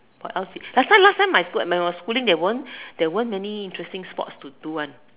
what else last time last time my school was my when I was schooling there weren't there weren't many interesting sports to do one